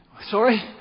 Sorry